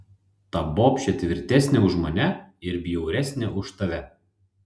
ta bobšė tvirtesnė už mane ir bjauresnė už tave